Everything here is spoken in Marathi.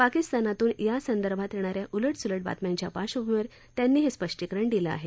पाकिस्तानातून यासंदर्भात येणाऱ्या उलटस्लट बातम्यांच्या पार्श्वभूमीवर त्यांनी हे स्पष्टीकरण दिलं आहे